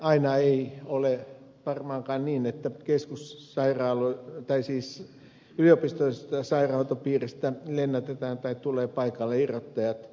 aina ei ole varmaankaan niin että yliopistollisesta sairaanhoitopiiristä lennätetään tai tulevat paikalle irrottajat